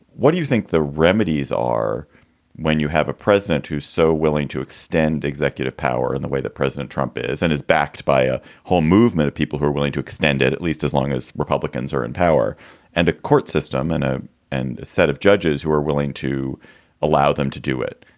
what do you think the remedies are when you have a president who's so willing to extend executive power in the way that president trump is and is backed by a whole movement of people who are willing to extend it at least as long as republicans are in power and the court system and ah and a set of judges who are willing to allow them to do it,